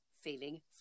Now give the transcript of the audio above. feeling